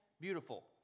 Beautiful